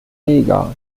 mega